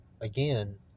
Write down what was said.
again